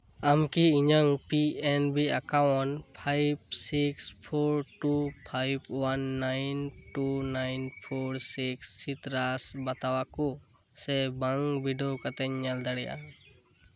ᱟᱢ ᱠᱤ ᱤᱧᱟᱹᱜ P N B account five six four two five one nine two nine four six ᱥᱤᱛᱨᱟᱥ ᱵᱟᱛᱟᱣᱟ ᱠᱚ ᱥᱮ ᱵᱟᱝ ᱵᱤᱰᱟᱹᱣ ᱠᱟᱛᱮᱢ ᱧᱮᱞ ᱫᱟᱲᱮᱭᱟᱜᱼᱟ